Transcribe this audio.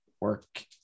work